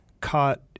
caught